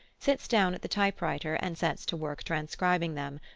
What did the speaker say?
sits down at the typewriter and sets to work transcribing them,